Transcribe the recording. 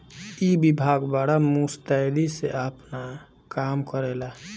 ई विभाग बड़ा मुस्तैदी से आपन काम करेला